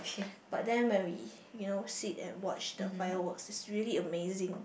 but then when we you know sit and watch the fireworks it's really amazing